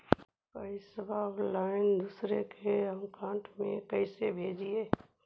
पैसा ऑनलाइन दूसरा के अकाउंट में कैसे भेजी?